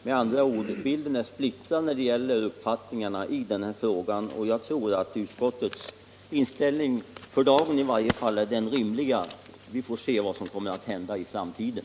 Bilden är med andra ord splittrad när det gäller uppfattningarna i den här frågan, och jag tror att utskottets inställning för dagen i varje fall är den rimliga. Vi får se vad som kommer att hända i framtiden.